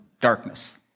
darkness